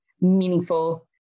meaningful